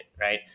Right